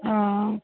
हा